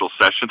session